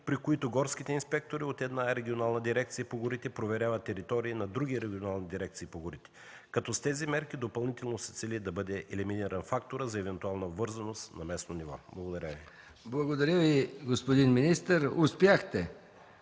при които горските инспектори от една регионална дирекция по горите проверяват територии на други регионални дирекции по горите, като с тези мерки допълнително се цели да бъде елиминиран факторът за евентуална обвързаност на местно ниво. Благодаря Ви. ПРЕДСЕДАТЕЛ МИХАИЛ МИКОВ: Благодаря Ви, господин министър – успяхте: